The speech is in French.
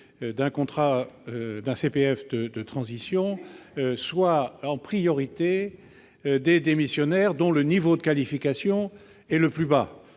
d'un CPF de transition soient en priorité des démissionnaires dont le niveau de qualification est le plus bas,